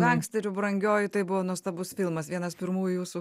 gangsteriu brangioji tai buvo nuostabus filmas vienas pirmųjų jūsų